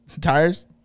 Tires